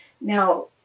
Now